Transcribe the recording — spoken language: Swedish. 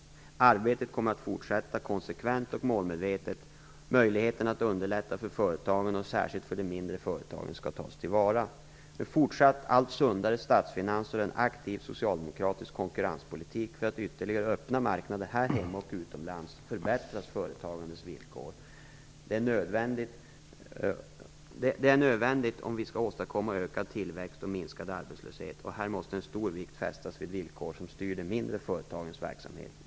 Arbetet kommer att fortsätta konsekvent och målmedvetet. Möjligheterna att underlätta för företagandet och då särskilt för de mindre företagen skall tas tillvara. Med fortsatt allt sundare statsfinanser och en aktiv socialdemokratisk konkurrenspolitik för att ytterligare öppna marknader här hemma och utomlands förbättras företagandets villkor. Det är nödvändigt om vi skall åstadkomma ökad tillväxt och minskad arbetslöshet, och här måste en stor vikt fästas vid villkor som styr de mindre företagens verksamhet.